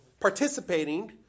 participating